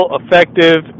effective